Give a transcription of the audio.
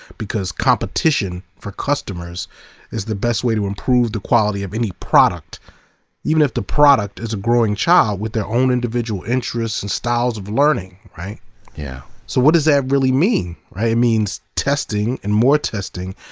because competition for customers is the best way to improve the quality of any product even if the product is a growing child with their own individual interests and styles of learning. yeah so what does that really mean? it means testing and more testing.